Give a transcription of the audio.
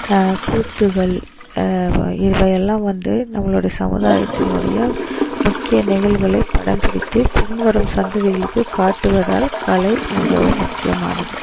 கூத்துகள் இவையெல்லாம் வந்து நம்மளுடைய சமுதாயத்தினுடைய முக்கிய நிகழ்வுகளை படம் பிடித்து பின் வரும் சந்ததிகளுக்கு காட்டுவதால் கலை மிகவும் முக்கியமானது